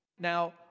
Now